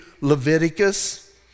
Leviticus